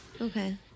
Okay